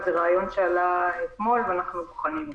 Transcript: זה רעיון שעלה אתמול, ואנחנו בוחנים.